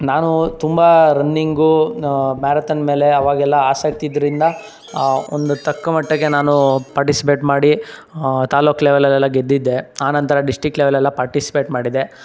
ನಾನು ತುಂಬ running marathon ಮೇಲೆ ಅವಾಗೆಲ್ಲ ಆಸಕ್ತಿ ಇದ್ರಿಂದ ಒಂದು ತಕ್ಕ ಮಟ್ಟಿಗೆ ನಾನು ಪಾರ್ಟಿಸಿಪೇಟ್ ಮಾಡಿ ತಾಲೋಕ್ ಲೆವೆಲಲೆಲ್ಲಾ ಗೆದ್ದಿದ್ದೆ ಆನಂತರ ಡಿಶ್ಟಿಕ್ ಲೆವೆಲೆಲ್ಲ ಪಾರ್ಟಿಸ್ಪೇಟ್ ಮಾಡಿದೆ